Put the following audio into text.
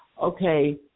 okay